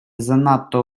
занадто